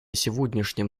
сегодняшнем